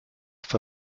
for